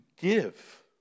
give